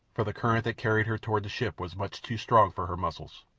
for the current that carried her toward the ship was much too strong for her muscles.